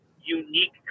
unique